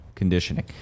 conditioning